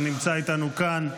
ונמצא איתנו כאן.